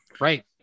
Right